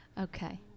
Okay